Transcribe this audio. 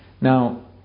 Now